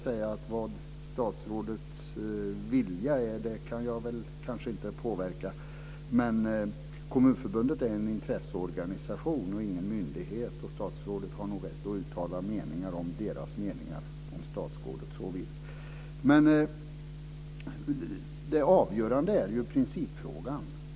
Jag kan kanske inte påverka statsrådets vilja, men Kommunförbundet är en intresseorganisation och ingen myndighet. Statsrådet har nog rätt att uttala meningar om deras meningar, om statsrådet så vill. Det avgörande är ju principfrågan.